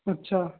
ਅੱਛਾ